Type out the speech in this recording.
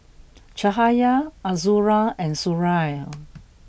Cahaya Azura and Suria